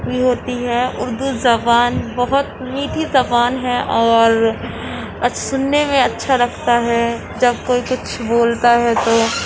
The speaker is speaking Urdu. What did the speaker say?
بھی ہوتی ہے اردو زبان بہت میٹھی زبان ہے اور سننے میں اچھا لگتا ہے جب کوئی کچھ بولتا ہے تو